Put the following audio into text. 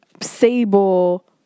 Sable